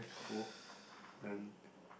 cold